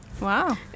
Wow